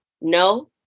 No